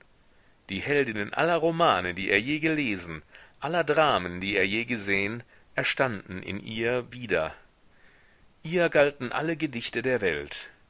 die heldinnen aller romane die er je gelesen aller dramen die er je gesehen erstanden in ihr wieder ihr galten alle gedichte der welt